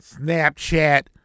Snapchat